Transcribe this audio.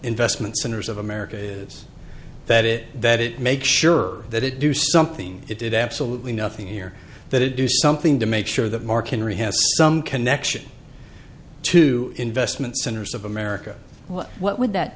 investments centers of america is that it that it make sure that it do something it did absolutely nothing here that it do something to make sure that mark in re has some connection to investment centers of america what would that